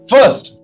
First